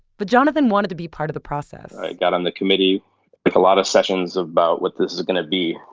but jonathan wanted to be part of the process. i got on the committee. with a lot of sessions about what this is going to be.